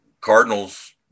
Cardinals